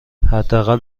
حداقل